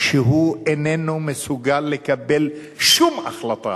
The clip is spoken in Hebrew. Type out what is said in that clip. שהוא איננו מסוגל לקבל שום החלטה